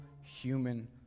human